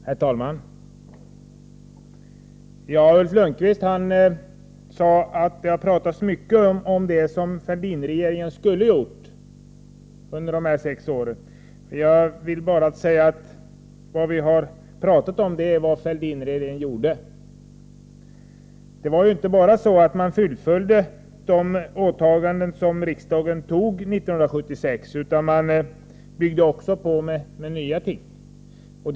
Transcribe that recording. Herr talman! Ulf Lönnqvist sade att det har pratats mycket om det som Fälldinregeringarna skulle ha gjort under de sex borgerliga åren. Jag vill bara säga: Det vi har talat om är vad Fälldinregeringarna gjorde. Man fullföljde inte bara de åtaganden riksdagen gjorde 1976 utan man byggde också på med nya ting.